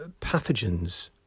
pathogens